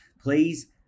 Please